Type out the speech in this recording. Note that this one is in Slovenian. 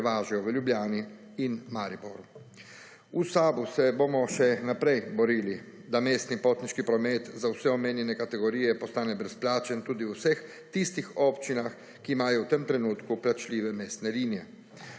prevažajo v Ljubljani in Mariboru. V SAB se bomo še naprej borili, da mestni potniški promet za vse omenjene kategorije postane brezplačen tudi v vseh tistih občinah, ki imajo v tem trenutku plačljive mestne linije.